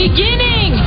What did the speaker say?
Beginning